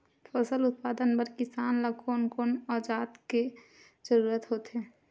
फसल उत्पादन बर किसान ला कोन कोन औजार के जरूरत होथे?